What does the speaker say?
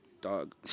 dog